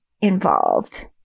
involved